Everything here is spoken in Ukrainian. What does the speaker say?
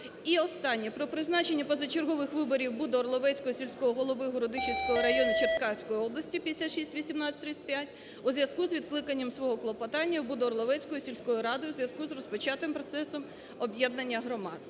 І останнє. Про призначення позачергових виборів Будо-Орловецького сільського голови Городищенського району Черкаської області (5618-35) у зв'язку з відкликанням свого клопотання Будо-Орловецькою сільською радою у зв'язку з розпочатим процесом об'єднання громад.